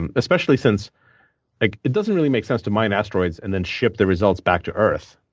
and especially since it doesn't really make sense to mind asteroids and then ship the results back to earth.